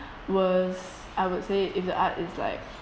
was I would say if the art is like